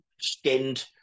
skinned